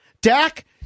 dak